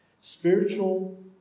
spiritual